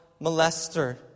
molester